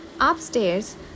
Upstairs